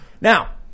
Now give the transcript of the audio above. Now